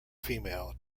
female